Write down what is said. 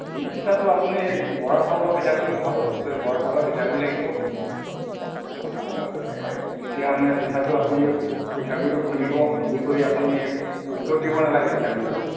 তিল পিঠাটো আপুনি বৰা চাউলৰ পিঠাগুৰি ভাল বৰা চাউলৰ পিঠাগুৰি লাগিব তেতিয়া মানে পিঠাটো আপুনি পিঠাগুৰিটো খুন্দিব খুন্দি কৰি আপুনি ৰ'দত দিব নালাগে পিঠাগুৰিটো